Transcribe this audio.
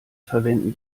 verwenden